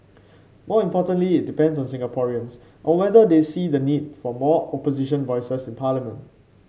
more importantly it depends on Singaporeans on whether they see the need for more Opposition voices in parliament